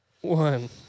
one